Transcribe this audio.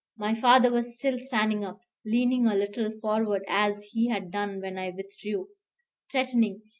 my father was still standing up, leaning a little forward as he had done when i withdrew threatening,